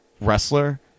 wrestler